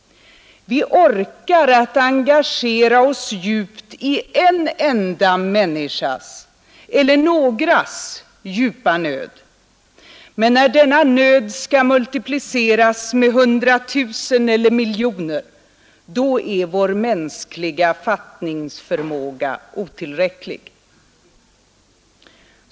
Vi orkar att engagera oss djupt i en enda människas eller någras djupa nöd, men när denna nöd skall multipliceras med hundratusen eller miljoner, då är vår mänskliga fattningsförmåga otillräcklig.